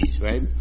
right